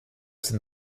sind